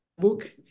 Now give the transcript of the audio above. book